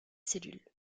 cellules